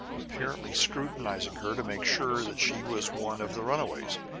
apparently scrutinizing her to make sure that she was one of the runaways.